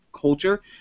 culture